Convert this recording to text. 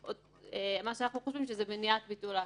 אנחנו חושבים שזו מניעת ביטול ההכרה.